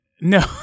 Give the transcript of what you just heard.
No